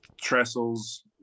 trestles